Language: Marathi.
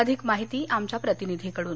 अधिक माहिती आमच्या प्रतिनिधीकडून